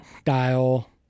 style